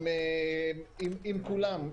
עם כולם.